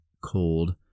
cold